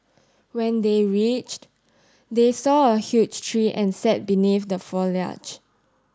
when they reached they saw a huge tree and sat beneath the foliage